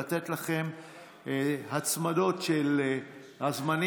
לתת לכם הצמדות של הזמנים,